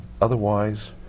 otherwise